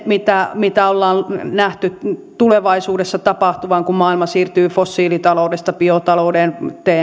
mitä mitä ollaan nähty tulevaisuudessa tapahtuvan kun maailma siirtyy fossiilitaloudesta biotalouteen